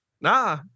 Nah